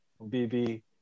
BB